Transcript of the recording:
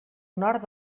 nord